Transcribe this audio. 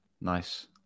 Nice